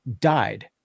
died